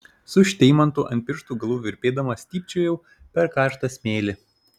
su šteimantu ant pirštų galų virpėdama stypčiojau per karštą smėlį